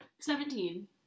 Seventeen